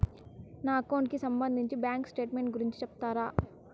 నా అకౌంట్ కి సంబంధించి బ్యాంకు స్టేట్మెంట్ గురించి సెప్తారా